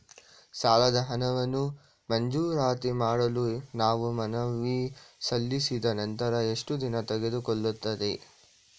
ಸಾಲದ ಹಣವನ್ನು ಮಂಜೂರಾತಿ ಮಾಡಲು ನಾವು ಮನವಿ ಸಲ್ಲಿಸಿದ ನಂತರ ಎಷ್ಟು ದಿನ ತೆಗೆದುಕೊಳ್ಳುತ್ತದೆ?